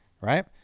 right